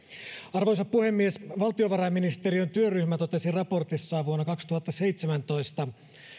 arvoisa puhemies valtionvarainministeriön työryhmä totesi raportissaan vuonna kaksituhattaseitsemäntoista